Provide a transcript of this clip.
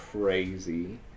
crazy